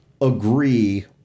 agree